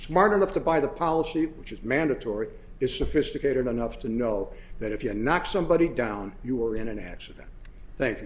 enough to buy the policy which is mandatory is sophisticated enough to know that if you knock somebody down you are in an accident thank